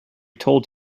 told